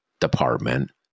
department